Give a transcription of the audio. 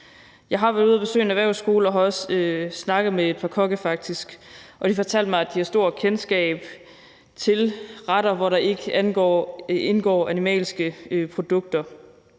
Jeg har været ude og besøge en erhvervsskole og har faktisk også snakket med par kokke, og de fortalte mig, at de har stort kendskab til retter, hvori der ikke indgår animalske produkter.